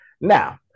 now